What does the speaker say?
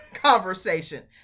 conversation